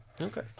Okay